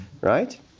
right